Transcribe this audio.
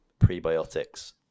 prebiotics